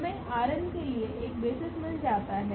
हमें के लिए एक बेसिस मिल जाता है